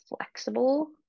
flexible